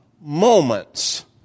moments